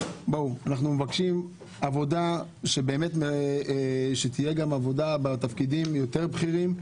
אבל אנחנו מבקשים עבודה שתהיה גם בתפקידים יותר בכירים,